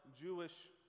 Jewish